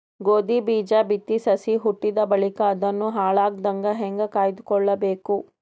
ಗೋಧಿ ಬೀಜ ಬಿತ್ತಿ ಸಸಿ ಹುಟ್ಟಿದ ಬಳಿಕ ಅದನ್ನು ಹಾಳಾಗದಂಗ ಹೇಂಗ ಕಾಯ್ದುಕೊಳಬೇಕು?